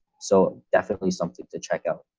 so definitely something to check out.